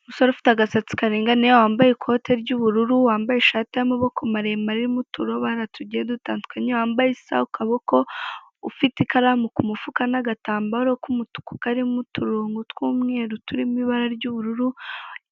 Umusore ufite agasatsi karinganiye wambaye ikote ry'ubururu wambaye ishati y'amaboko maremare irimo uturobara tugiye dutandukanye wambaye isaha ku kaboko, ufite ikaramu ku mufuka n'agatambaro k'umutuku karimo uturongo tw'umweru turimo ibara ry'ubururu,